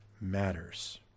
matters